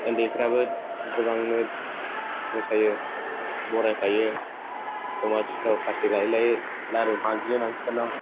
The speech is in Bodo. उन्दैफ्राबो गोबांनो मोसायो बरायफायो दमासिफ्राव प्लास्टिक लायै लायै लारु मागिहैयो मानसिफोरनाव